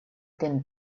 then